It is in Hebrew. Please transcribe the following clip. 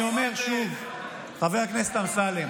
אבל אני אומר שוב, חבר הכנסת אמסלם,